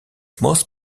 most